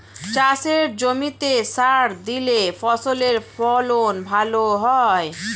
চাষের জমিতে সার দিলে ফসলের ফলন ভালো হয়